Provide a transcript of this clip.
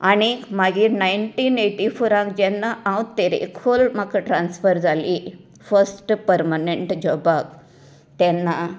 आनीक मागीर nineteen eighty फोरांत जेन्ना हांव तेरेखोल म्हाका ट्रान्सफर जाली फस्ट परमनंट जॉबांक तेन्ना